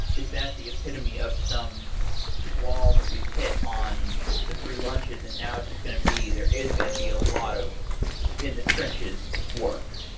is that the epitome of some wall that we've hit on the free lunches, and now it's just going to be there is going to be a lot of in the trenches work?